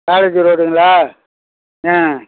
college ரோடுங்களா ஆ